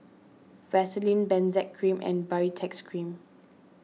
Vaselin Benzac Cream and Baritex Cream